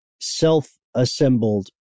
self-assembled